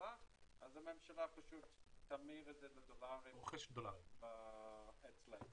לממשלה אז הממשלה תמיר את זה לדולרים אצלם.